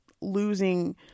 losing